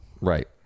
Right